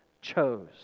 chose